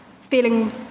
feeling